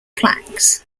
plaques